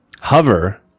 hover